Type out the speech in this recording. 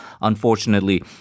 unfortunately